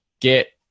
get